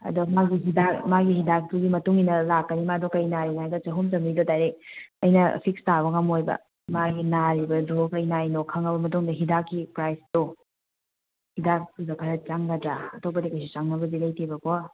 ꯑꯗꯣ ꯃꯥꯒꯤ ꯍꯤꯗꯥꯛ ꯃꯥꯒꯤ ꯍꯤꯗꯥꯛꯇꯨꯒꯤ ꯃꯇꯨꯡ ꯏꯟꯅ ꯂꯥꯛꯀꯅꯤ ꯃꯥꯗꯣ ꯀꯔꯤ ꯅꯥꯔꯤꯅꯣ ꯍꯥꯏꯗꯣ ꯆꯍꯨꯝ ꯆꯃꯔꯤꯗꯣ ꯗꯥꯏꯔꯦꯛ ꯑꯩꯅ ꯐꯤꯛꯁ ꯇꯥꯕ ꯉꯝꯂꯣꯏꯕ ꯃꯥꯒꯤ ꯅꯥꯔꯤꯕꯗꯣ ꯀꯔꯤ ꯅꯥꯔꯤꯅꯣ ꯈꯪꯉꯕ ꯃꯇꯨꯡꯗ ꯍꯤꯗꯥꯛꯀꯤ ꯄ꯭ꯔꯥꯏꯖꯇꯣ ꯍꯤꯗꯥꯛꯇꯨꯗ ꯈꯔ ꯆꯪꯒꯗ꯭ꯔ ꯑꯇꯣꯞꯄꯗꯤ ꯀꯩꯁꯨ ꯆꯪꯅꯕꯗꯤ ꯂꯩꯇꯦꯕꯀꯣ